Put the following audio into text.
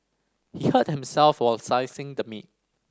he hurt himself while slicing the meat